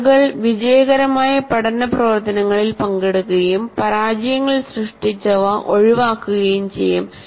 ആളുകൾ വിജയകരമായ പഠന പ്രവർത്തനങ്ങളിൽ പങ്കെടുക്കുകയും പരാജയങ്ങൾ സൃഷ്ടിച്ചവ ഒഴിവാക്കുകയും ചെയ്യും